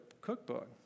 cookbook